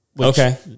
Okay